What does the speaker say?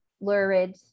lurid